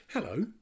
Hello